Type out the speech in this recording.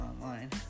online